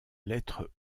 lettre